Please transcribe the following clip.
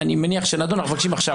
אני מניח שנדון, אבל אנחנו מבקשים עכשיו.